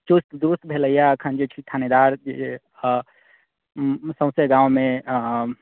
चुस्त दुरुस्त भेलैए अखन जे छै थानेदार सौंसे गाँवमे